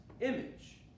image